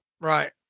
Right